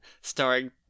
starring